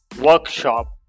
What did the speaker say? workshop